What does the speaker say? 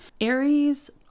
Aries